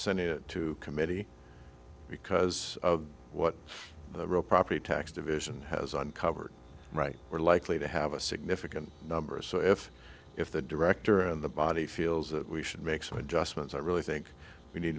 senate committee because of what the real property tax division has uncovered right we're likely to have a significant number so if if the director and the body feels that we should make some adjustments i really think we need